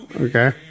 Okay